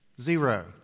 zero